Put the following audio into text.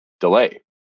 delay